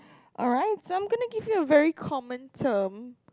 alright so I'm gonna give you a very common term